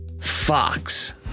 Fox